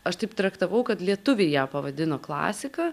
aš taip traktavau kad lietuviai ją pavadino klasika